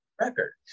record